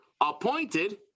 appointed